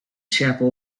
chapel